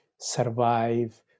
survive